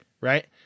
right